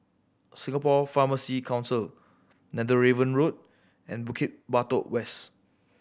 Singapore Pharmacy Council Netheravon Road and Bukit Batok West